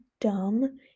dumb